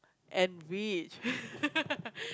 and rich